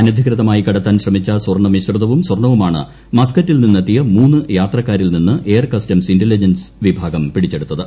അനധികൃതമായി കടത്താൻ ശ്രമിച്ച സ്വർണമിശ്രിതവും സ്വർണവുമാണ് മസ്കറ്റിൽ നിന്നെത്തിയ മൂന്ന് യാത്രക്കാരിൽനിന്ന് എയർ കസ്റ്റംസ് ഇൻ്റലിജൻസ് വിഭാഗം പിടിച്ചെടുത്തത്